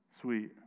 Sweet